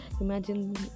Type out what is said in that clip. Imagine